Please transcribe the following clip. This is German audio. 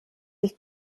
ich